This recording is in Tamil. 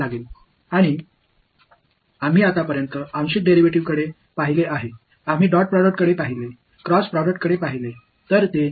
நாம் இதுவரை பகுதி டிரைவேடிவ் களைப் பார்த்தோம் டாட் ப்ரோடக்ட் பார்த்தோம் குறுக்கு தயாரிப்பைப் பார்த்தோம்